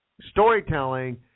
storytelling